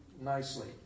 nicely